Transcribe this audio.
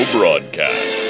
Broadcast